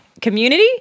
community